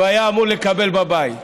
שהוא היה אמור לקבל בבית.